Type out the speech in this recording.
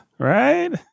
right